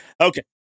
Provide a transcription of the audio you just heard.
Okay